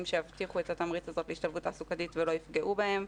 שיבטיחו את התמריץ להשתלבות תעסוקתית ולא יפגעו בה.